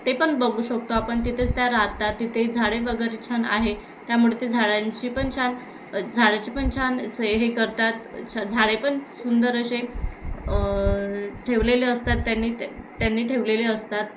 ते पण बघू शकतो आपण तिथेच त्या राहतात तिथे झाडे वगैरे छान आहे त्यामुळे ते झाडांची पण छान झाडांची पण छान असं हे करतात छ झाडे पण सुंदर असे ठेवलेले असतात त्यांनी त्यांनी ठेवलेले असतात